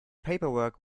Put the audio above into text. paperwork